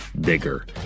bigger